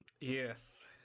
Yes